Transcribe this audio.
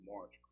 March